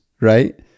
right